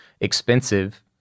expensive